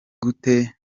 gute